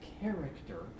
character